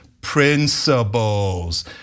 principles